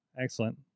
excellent